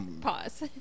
Pause